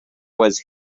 was